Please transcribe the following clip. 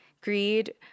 greed